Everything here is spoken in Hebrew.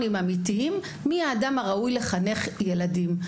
אמיתיים מי האדם הראוי לחנך ילדים.